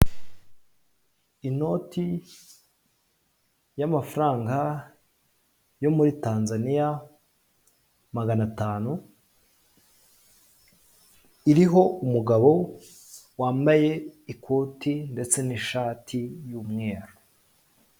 Inoti y'amafaranga yo muri Tanzania magana atanu, iriho umugabo wambaye ikoti ndetse n'ishati y'umweru.